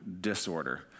disorder